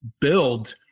build